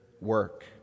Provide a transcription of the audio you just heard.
work